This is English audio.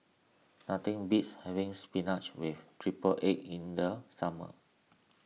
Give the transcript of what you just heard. nothing beats having Spinach with Triple Egg in the summer